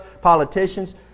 politicians